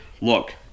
look